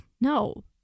No